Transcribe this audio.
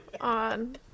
on